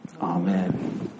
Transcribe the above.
Amen